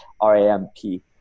R-A-M-P